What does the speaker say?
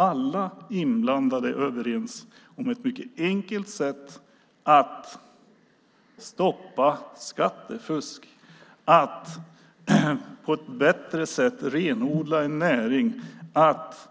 Alla inblandade är överens om ett mycket enkelt sätt att stoppa skattefusk och att på ett bättre sätt renodla en näring så att